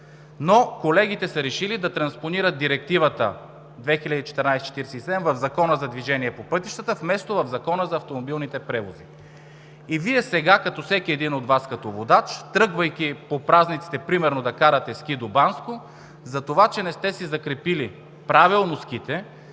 обаче са решили да транспонират Директивата 2014/47/ЕС в Закона за движение по пътищата вместо в Закона за автомобилните превози. Вие сега, като всеки един от Вас като водач, тръгвайки по празниците примерно да карате ски до Банско, затова че не сте си закрепили правилно ските,